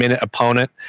opponent